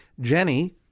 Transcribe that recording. Jenny